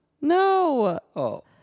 no